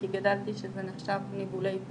כי גדלתי על כך שזה נחשב ניבולי פה.